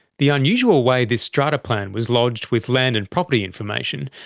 the unusual way this strata plan was lodged with land and property information,